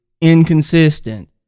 inconsistent